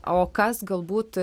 o kas galbūt